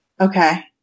Okay